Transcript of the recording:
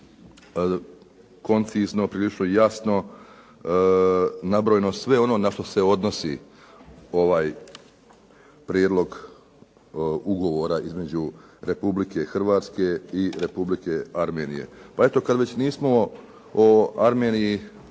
koncizno, prilično jasno nabrojeno sve ono na što se odnosi ovaj prijedlog ugovora između Republike Hrvatske i Republike Armenije. Pa eto kada već nismo o Armeniji